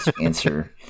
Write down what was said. answer